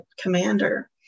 commander